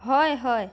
হয় হয়